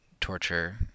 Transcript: torture